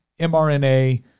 MRNA